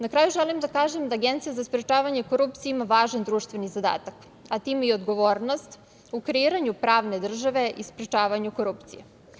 Na kraju želim da kažem da Agencija za sprečavanje korupcije ima važan društveni zadatak, a time i odgovornost u kreiranju pravne države i sprečavanju korupcije.